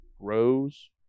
grows